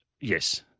Yes